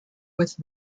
with